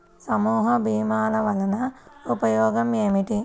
సమూహ భీమాల వలన ఉపయోగం ఏమిటీ?